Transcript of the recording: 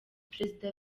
perezida